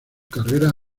carrera